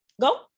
go